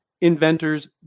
inventors